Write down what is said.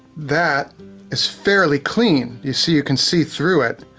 that is fairly clean. you see you can see through it.